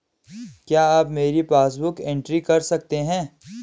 क्या आप मेरी पासबुक बुक एंट्री कर सकते हैं?